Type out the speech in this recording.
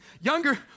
Younger